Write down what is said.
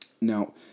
Now